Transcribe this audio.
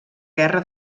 guerra